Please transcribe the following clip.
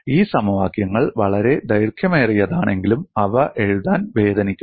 ഈ സമവാക്യങ്ങൾ വളരെ ദൈർഘ്യമേറിയതാണെങ്കിലും അവ എഴുതാൻ വേദനിക്കുന്നു